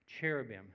cherubim